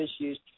issues